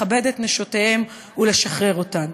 לכבד את נשותיהם ולשחרר אותן.